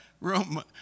room